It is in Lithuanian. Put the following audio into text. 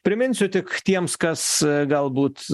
priminsiu tik tiems kas galbūt